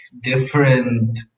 different